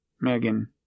Megan